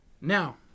Now